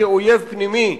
כאויב פנימי,